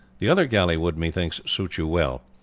the other galley would, methinks, suit you well.